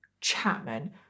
Chapman